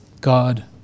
God